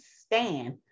stand